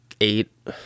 eight